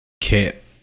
kit